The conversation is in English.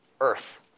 Earth